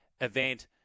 event